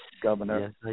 governor